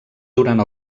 durant